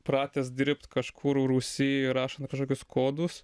pratęs dirbt kažkur rūsy rašant kažkokius kodus